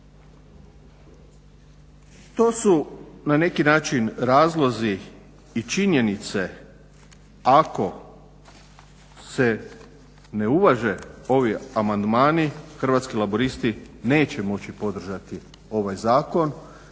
To su na neki način razlozi i činjenice ako se ne uvaže ovi amandmani Hrvatski laburisti neće moći podržati ovaj zakon